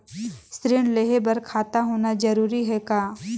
ऋण लेहे बर खाता होना जरूरी ह का?